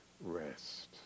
rest